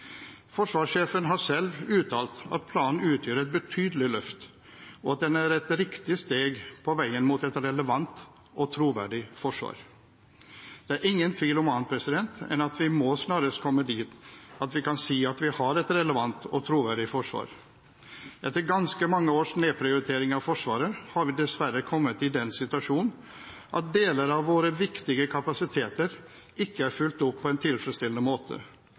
Forsvarssjefen har selv uttalt at planen utgjør et betydelig løft, og at den er et riktig steg på veien mot et relevant og troverdig forsvar. Det er ingen tvil om annet enn at vi snarest må komme dit at vi kan si at vi har et relevant og troverdig forsvar. Etter ganske mange års nedprioritering av Forsvaret har vi dessverre kommet i den situasjonen at deler av våre viktige kapasiteter ikke er fulgt opp på en tilfredsstillende måte,